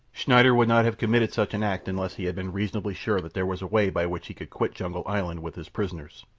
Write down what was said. schneider would not have committed such an act unless he had been reasonably sure that there was a way by which he could quit jungle island with his prisoners.